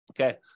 Okay